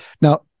now